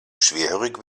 schwerhörig